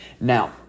Now